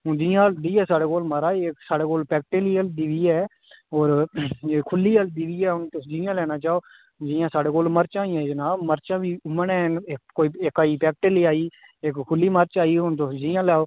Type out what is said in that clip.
हून जियां हल्दी ऐ साढ़ै कोल महाराज साढ़ै कोल पैकेट आह्ली हल्दी बी ऐ होर खुल्ली हल्दी बी ऐ हून तुसें जियां लैना चाहो जियां साढ़े कोल मरचां होई गेइयां जनाब मरचां बी हैन इक आई पैकेट आह्ली आई इक खुल्ली मरच आई हून तुस जियां लैओ